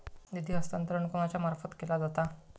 निधी हस्तांतरण कोणाच्या मार्फत केला जाता?